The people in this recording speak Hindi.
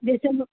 जैसे हम लोग